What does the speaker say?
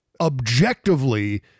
objectively